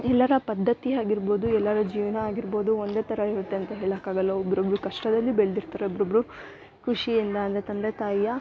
ಎಲ್ಲರ ಪದ್ಧತಿ ಆಗಿರ್ಬೋದು ಎಲ್ಲರ ಜೀವನ ಆಗಿರ್ಬೋದು ಒಂದೇ ಥರ ಇರುತ್ತೆ ಅಂತ ಹೇಳಕ್ಕಾಗಲ್ಲ ಒಬ್ರಬ್ರು ಕಷ್ಟದಲ್ಲಿ ಬೆಳ್ದಿರ್ತರೆ ಒಬ್ರಬ್ಬರು ಖುಷಿಯಿಂದ ಅಂದರೆ ತಂದೆ ತಾಯಿಯ